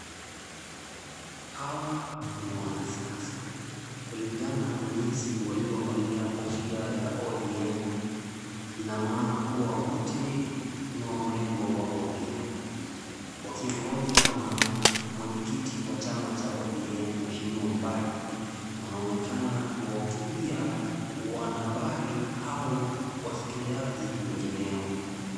Haw ni wanasiasa. Kulingana na jinsi waliovalia kofia za ODM, ina maana kuwa wote ni wa mrengo wa ODM. Wakiongozwa na mwenyekiti wa chama cha ODM mheshimiwa Mbadi, wanaonekana kuwahutubia wanahabari au wasikilizaji wengineo.